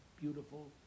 Beautiful